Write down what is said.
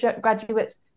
graduates